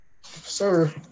Sir